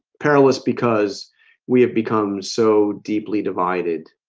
perilous because we have become so deeply divided